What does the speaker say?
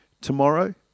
tomorrow